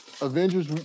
Avengers